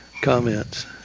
comments